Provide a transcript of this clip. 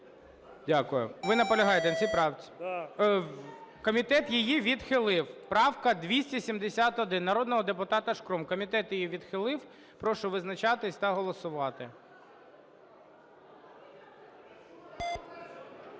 Дякую. Ви наполягаєте на цій правці? Комітет її відхилив. Правка 271 народного депутата Шкрум. Комітет її відхилив Прошу визначатись та голосувати.